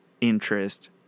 interest